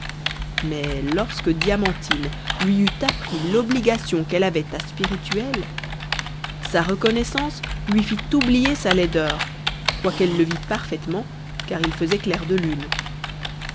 mais lorsque diamantine lui eut appris l'obligation qu'elle avait à sprirituel sa reconnaissance lui fit oublier sa laideur quoiqu'elle le vît parfaitement car il faisait clair de lune